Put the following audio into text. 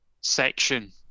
section